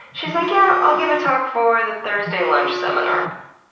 she's like yeah, i'll give a talk for the thursday lunch seminar.